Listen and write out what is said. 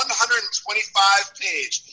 125-page